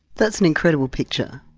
that's an incredible picture,